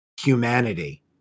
humanity